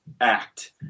Act